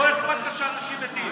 לא אכפת לך שאנשים מתים?